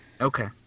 Okay